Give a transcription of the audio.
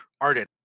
Arden